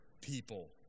people